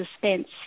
suspense